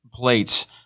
plates